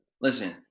listen